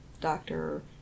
Doctor